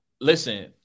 listen